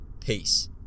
Peace